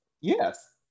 Yes